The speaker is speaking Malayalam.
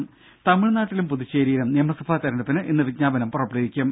രും തമിഴ്നാട്ടിലും പുതുച്ചേരിയിലും നിയമസഭാ തെരഞ്ഞെടുപ്പിന് ഇന്ന് വിജ്ഞാപനം പുറപ്പെടുവിക്കും